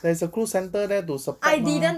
there's a cruise centre there to support mah